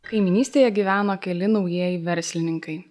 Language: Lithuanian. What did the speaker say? kaimynystėje gyveno keli naujieji verslininkai